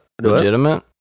legitimate